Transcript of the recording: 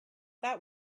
that